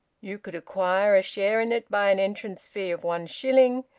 you could acquire a share in it by an entrance fee of one shilling,